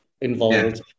involved